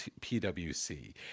PwC